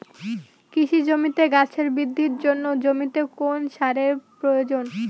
কৃষি জমিতে গাছের বৃদ্ধির জন্য জমিতে কোন সারের প্রয়োজন?